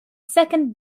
second